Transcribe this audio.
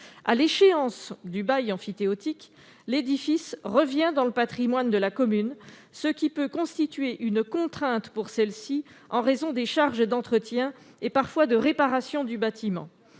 À l'échéance du bail emphytéotique, l'édifice revient dans le patrimoine de la commune, ce qui peut constituer une contrainte pour celle-ci en raison des charges d'entretien et, parfois, de réparation du bâtiment